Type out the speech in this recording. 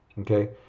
okay